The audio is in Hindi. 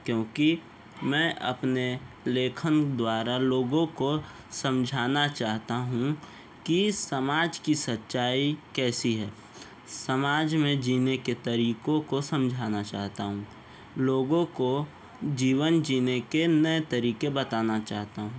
क्योंकि मैं अपने लेखन द्वारा लोगों को समझाना चाहता हूँ कि समाज की सच्चाई कैसी है समाज में जीने के तरीक़ों को समझाना चाहता हूँ लोगों को जीवन जीने के नए तरीक़े बताना चाहता हूँ